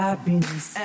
Happiness